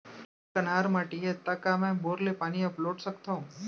मोर कन्हार माटी हे, त का मैं बोर ले पानी अपलोड सकथव?